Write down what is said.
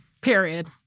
Period